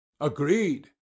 agreed